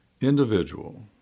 individual